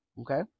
Okay